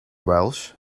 welsh